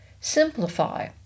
Simplify